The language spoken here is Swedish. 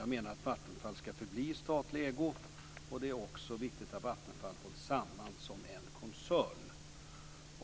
Jag menar att Vattenfall ska förbli i statlig ägo. Det är också viktigt att Vattenfall hålls samman som en koncern.